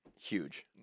huge